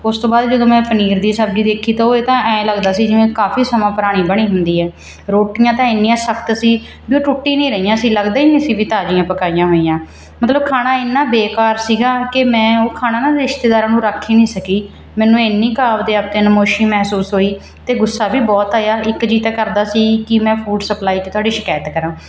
ਉਸ ਤੋਂ ਬਾਅਦ ਜਦੋਂ ਮੈਂ ਪਨੀਰ ਦੀ ਸਬਜ਼ੀ ਦੇਖੀ ਤਾਂ ਉਹ ਇਹ ਤਾਂ ਐਂ ਲੱਗਦਾ ਸੀ ਜਿਵੇਂ ਕਾਫੀ ਸਮਾਂ ਪੁਰਾਣੀ ਬਣੀ ਹੁੰਦੀ ਹੈ ਰੋਟੀਆਂ ਤਾਂ ਇੰਨੀਆਂ ਸਖਤ ਸੀ ਵੀ ਉਹ ਟੁੱਟ ਹੀ ਨਹੀਂ ਰਹੀਆਂ ਸੀ ਲੱਗਦਾ ਹੀ ਨਹੀਂ ਸੀ ਵੀ ਤਾਜ਼ੀਆਂ ਪਕਾਈਆਂ ਹੋਈਆਂ ਮਤਲਬ ਖਾਣਾ ਇੰਨਾਂ ਬੇਕਾਰ ਸੀਗਾ ਕਿ ਮੈਂ ਉਹ ਖਾਣਾ ਨਾ ਰਿਸ਼ਤੇਦਾਰਾਂ ਨੂੰ ਰੱਖ ਹੀ ਨਹੀਂ ਸਕੀ ਮੈਨੂੰ ਇੰਨੀ ਕੁ ਆਵਦੇ ਆਪ 'ਤੇ ਨਮੋਸ਼ੀ ਮਹਿਸੂਸ ਹੋਈ ਅਤੇ ਗੁੱਸਾ ਵੀ ਬਹੁਤ ਆਇਆ ਇੱਕ ਜੀਅ ਤਾਂ ਕਰਦਾ ਸੀ ਕਿ ਮੈਂ ਫੂਡ ਸਪਲਾਈ 'ਚ ਤੁਹਾਡੀ ਸ਼ਿਕਾਇਤ ਕਰਾਂ